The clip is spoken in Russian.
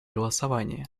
голосование